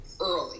early